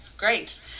Great